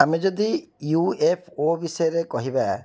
ଆମେ ଯଦି U F O ବିଷୟରେ କହିବା